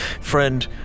friend